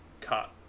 cut